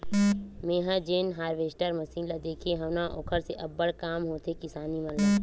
मेंहा जेन harvester machine ल देखे हव न ओखर से अब्बड़ काम होथे किसानी मन